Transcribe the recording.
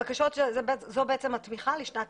זו בעצם התמיכה לשנת